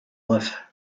live